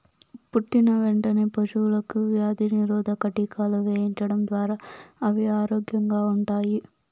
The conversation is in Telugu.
పుట్టిన వెంటనే పశువులకు వ్యాధి నిరోధక టీకాలు వేయించడం ద్వారా అవి ఆరోగ్యంగా ఉంటాయి